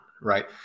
right